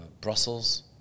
Brussels